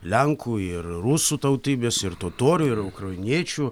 lenkų ir rusų tautybės ir totorių ir ukrainiečių